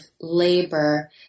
labor